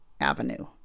Avenue